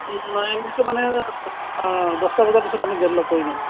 ন এন্ট্ৰিটো মানে দহটা বজাৰ পিছত আমি গেট লক কৰি দিওঁ